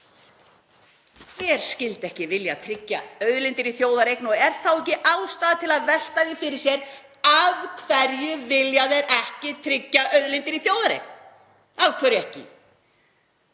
Hver skyldi ekki vilja tryggja auðlindir í þjóðareign? Og er þá ekki ástæða til að velta því fyrir sér: Af hverju vilja þeir ekki tryggja auðlindir í þjóðareign? Af hverju ekki?